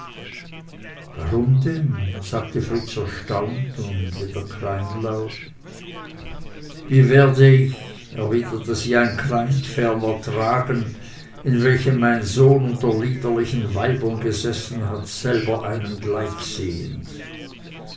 warum denn sagte fritz erstaunt und wieder kleinlaut wie werde ich erwiderte sie ein kleid ferner tragen in welchem mein sohn unter liederlichen weibern gesessen hat selber einem gleichsehend